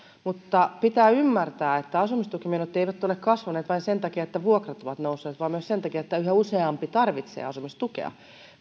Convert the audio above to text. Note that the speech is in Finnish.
mutta pitää ymmärtää että asumistukimenot eivät ole kasvaneet vain sen takia että vuokrat ovat nousseet vaan myös sen takia että yhä useampi tarvitsee asumistukea